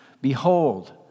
Behold